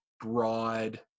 broad